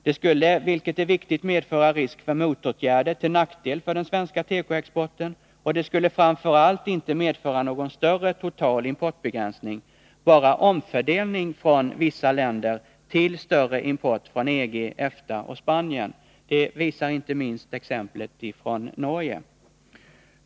Det skulle, vilket är viktigt, medföra risk för motåtgärder till nackdel för den svenska tekoexporten, och det skulle framför allt inte medföra någon större total importbegränsning, bara omfördelning från vissa länder till större import från EG, EFTA och Spanien. Det visar inte minst exemplet från Norge.